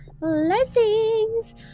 blessings